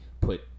put